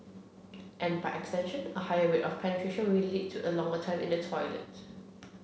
and by extension a higher way of penetration will lead to a longer time in the toilet